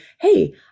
hey